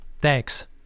Thanks